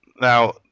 Now